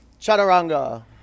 chaturanga